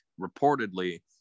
reportedly